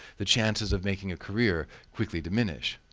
the chances of making a career quickly diminish.